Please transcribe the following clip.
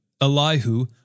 Elihu